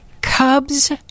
Cubs